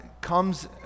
comes